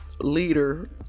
leader